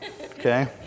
Okay